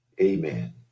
Amen